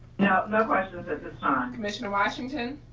no questions at this time. commissioner washington.